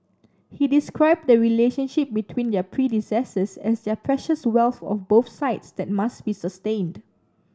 he described the relationship between their predecessors as their precious wealth of both sides that must be sustained